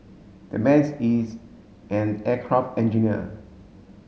that man's is an aircraft engineer